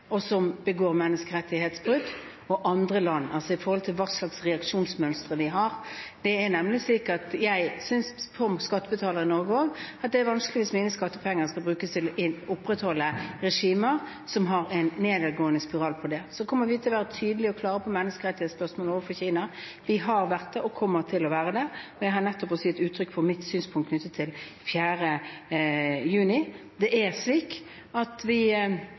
og som begår menneskerettighetsbrudd, og andre land. Jeg synes som skattebetaler i Norge at det er vanskelig hvis mine skattepenger skal brukes til å opprettholde regimer som har en nedadgående spiral med hensyn til dette. Vi kommer til å være tydelige og klare når det gjelder menneskerettighetsspørsmål, overfor Kina. Vi har vært det og kommer til å være det. Jeg har nettopp gitt uttrykk for mitt synspunkt knyttet til 4. juni. Det er slik at vi